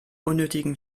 unnötigen